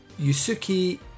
Yusuke